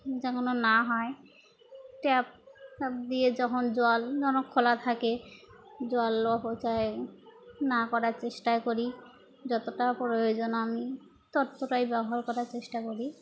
যেন না হয় ট্যাপ দিয়ে যখন জল যখন খোলা থাকে জল অপচয় না করার চেষ্টা করি যতটা প্রয়োজন আমি ততটাই ব্যবহার করার চেষ্টা করি